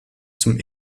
zum